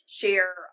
share